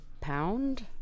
pound